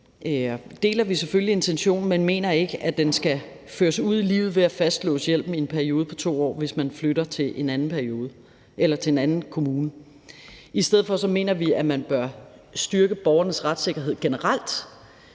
deler vi selvfølgelig intentionen, men vi mener ikke, at den skal føres ud i livet ved at fastlåse hjælpen i en periode på 2 år, hvis man flytter til en anden kommune. I stedet mener vi, at man bør styrke borgernes retssikkerhed generelt,